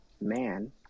man